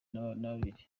nakabiri